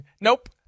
Nope